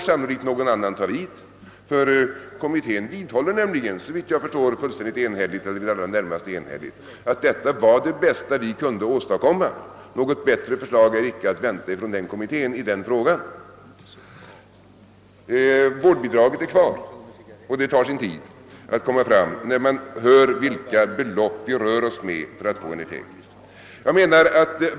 Sannolikt får någon annan ta vid, ty kommittén vidhåller — såvitt jag förstår i det allra närmaste enhälligt — att detta var det bästa den kunde åstadkomma. Något bättre förslag är icke att vänta från denna kommitté i den frågan. Vårdbidraget är kvar, och det tar sin tid att lösa det problemet; det förstår man när man hör vilka belopp vi måste röra oss med för att bidraget skall få någon effekt.